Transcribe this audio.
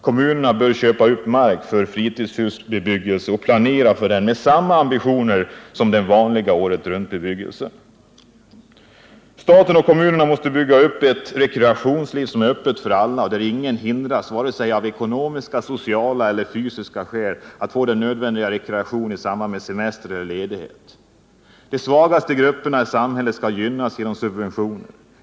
Kommunerna bör köpa upp mark för ny fritidshusbebyggelse och planera den med samma ambitioner som den vanliga åretruntbebyggelsen. Staten och kommunerna måste bygga upp ett rekreationsliv som är öppet för alla och där ingen hindras av vare sig ekonomiska, sociala eller fysiska skäl att få den nödvändiga rekreationen i samband med semester eller ledighet. De svagaste grupperna i samhället skall gynnas genom subventioner.